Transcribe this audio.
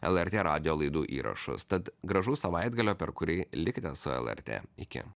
lrt radijo laidų įrašus tad gražaus savaitgalio per kurį likite su lrt iki